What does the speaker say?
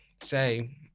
say